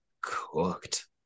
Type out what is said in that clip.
cooked